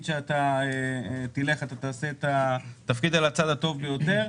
שאתה תלך אתה תעשה אותו על הצד הטוב ביותר,